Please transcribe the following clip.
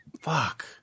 Fuck